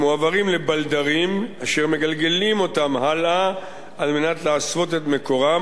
הם מועברים לבלדרים אשר מגלגלים אותם הלאה על מנת להסוות את מקורם,